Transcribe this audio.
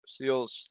seals